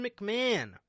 McMahon